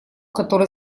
который